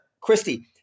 Christy